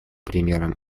примером